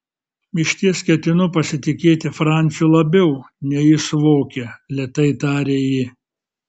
išties ketinu pasitikėti franciu labiau nei jis suvokia lėtai tarė ji